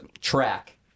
track